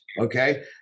okay